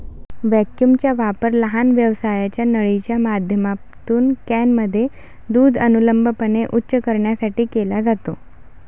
व्हॅक्यूमचा वापर लहान व्यासाच्या नळीच्या माध्यमातून कॅनमध्ये दूध अनुलंबपणे उंच करण्यासाठी केला जातो